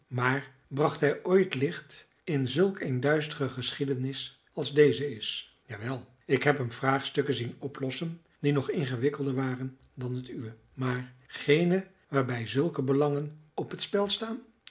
maar bracht hij ooit licht in zulk een duistere geschiedenis als deze is jawel ik heb hem vraagstukken zien oplossen die nog ingewikkelder waren dan het uwe maar geene waarbij zulke belangen op t spel staan